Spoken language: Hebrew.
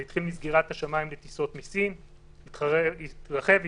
זה התחיל מסגירת השמים לטיסות מסין והתרחב והתרחב.